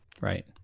right